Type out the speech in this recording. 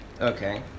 Okay